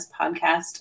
Podcast